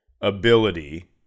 ability